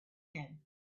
him